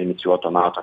inicijuoto nato